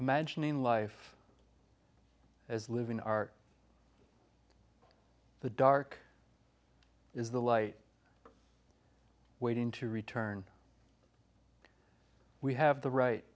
imagining life as living are the dark is the light waiting to return we have the right